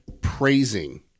praising